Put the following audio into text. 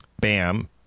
Bam